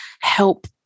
help